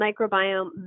microbiome